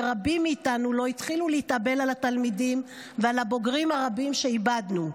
שרבים מאיתנו לא התחילו להתאבל על התלמידים ועל הבוגרים הרבים שאיבדנו.